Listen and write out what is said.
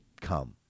come